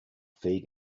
feed